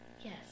Yes